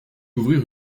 ouvrir